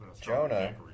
Jonah